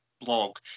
blog